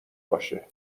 باشه